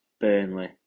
Burnley